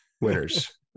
Winners